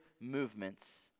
movements